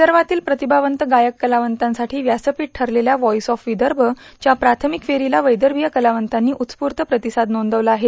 विदर्भातील प्रतिभावंत गायक कलावंतांसाठी व्यासपीठ ठरलेल्या व्हाईस ऑफ विदर्भ च्या प्राथमिक फेरीला वैदर्भीय कलावंतांनी उत्सपूर्व प्रतिसाद नोदविला आहे